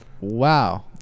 wow